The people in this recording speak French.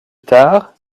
tard